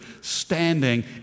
standing